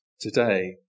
today